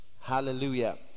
Hallelujah